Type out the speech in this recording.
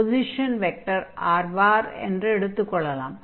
position vector r என்று எடுத்துக் கொள்ளலாம்